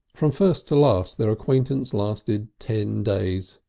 from first to last their acquaintance lasted ten days,